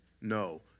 no